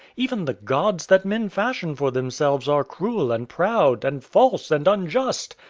even the gods that men fashion for themselves are cruel and proud and false and unjust.